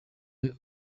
urebe